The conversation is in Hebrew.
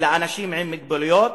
לאנשים עם מוגבלויות